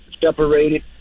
separated